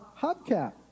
hubcap